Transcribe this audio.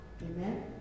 Amen